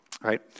right